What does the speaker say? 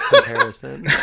comparison